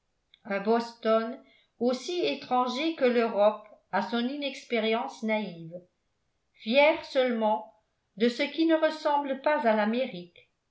un boston aussi étranger que l'europe à son inexpérience naïve fier seulement de ce qui ne ressemble pas à